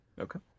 Okay